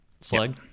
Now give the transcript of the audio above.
Slug